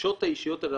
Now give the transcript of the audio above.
הפגישות האישיות האלה,